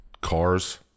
cars